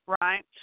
right